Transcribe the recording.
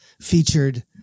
featured